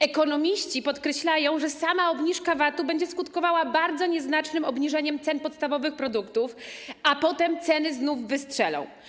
Ekonomiści podkreślają, że sama obniżka VAT-u będzie skutkowała bardzo nieznacznym obniżeniem cen podstawowych produktów, a potem ceny znów wystrzelą.